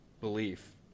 belief